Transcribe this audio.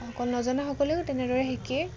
নজনা সকলেও তেনেদৰে শিকেই